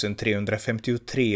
1353